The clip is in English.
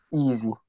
Easy